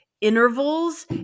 intervals